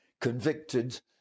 convicted